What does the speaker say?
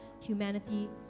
humanity